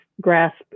grasp